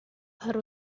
para